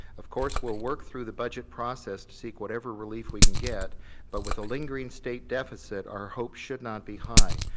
of course, we'll work through the budget process to seek whatever relief we can get but with the lingering state deficit, our hope should not be high.